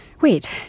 Wait